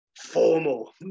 formal